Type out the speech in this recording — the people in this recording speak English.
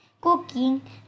cooking